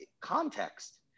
context